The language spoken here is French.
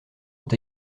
ont